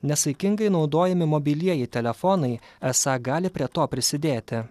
nesaikingai naudojami mobilieji telefonai esą gali prie to prisidėti